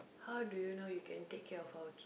how do you know you can take care of her